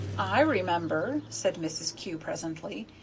i remember, said mrs. kew, presently,